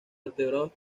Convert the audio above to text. vertebrados